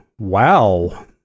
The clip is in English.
wow